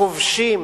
הכובשים,